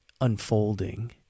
unfolding